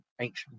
ancient